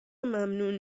ممنون